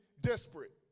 desperate